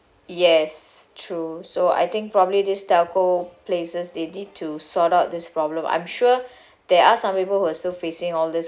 yes true so I think probably this telco places they need to sort out this problem I'm sure there are some people who are still facing all this